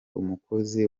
umukozi